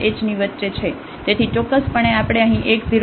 તેથી ચોક્કસપણે આપણે અહીં x 0 h પણ લખી શકીએ છીએ